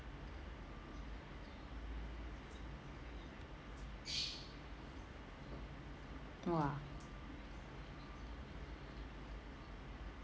!wah!